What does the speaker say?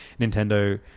Nintendo